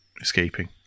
escaping